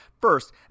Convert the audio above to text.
First